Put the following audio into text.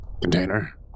container